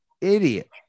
idiot